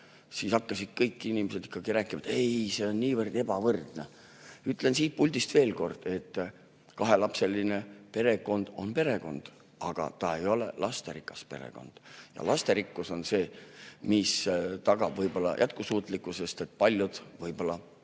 siis hakkasid kõik inimesed rääkima, et ei, see on niivõrd ebavõrdne. Ütlen siit puldist veel kord, et kahelapseline perekond on perekond, aga ta ei ole lasterikas perekond. Lasterikkus on see, mis tagab jätkusuutlikkuse. Paljud võib-olla keelduvad